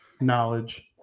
knowledge